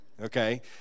okay